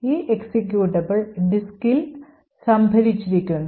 ഈ എക്സിക്യൂട്ടബിൾ ഡിസ്കിൽ സംഭരിച്ചിരിക്കുന്നു